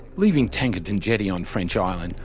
leaving tankerton jetty on french island,